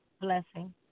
Blessing